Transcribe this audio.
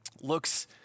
looks